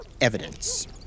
evidence